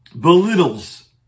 belittles